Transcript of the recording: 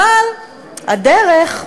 אבל הדרך,